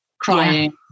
crying